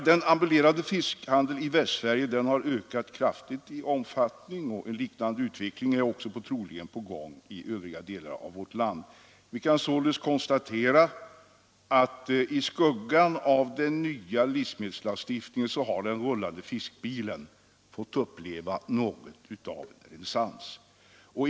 Den ambulerande fiskhandeln i Västsverige har ökat kraftigt i omfattning. En liknande utveckling är troligen också på gång i andra delar av vårt land. Vi kan således konstatera att i skuggan av den nya livsmedelslagstiftningen har fiskbilen fått uppleva något av en renässans.